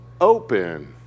open